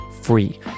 free